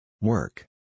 Work